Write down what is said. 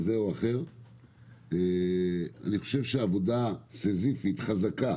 אני חושב שעבודה סיזיפית חזקה